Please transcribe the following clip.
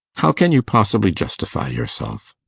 how can you possibly justify yourself?